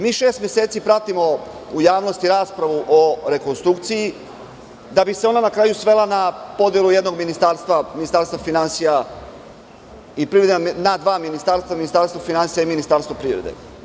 Mi šest meseci pratimo u javnosti raspravu o rekonstrukciji, da bi se ona na kraju svela na podelu jednog ministarstva, Ministarstva finansija i privrede, na dva ministarstva, Ministarstvo finansija i Ministarstvo privrede.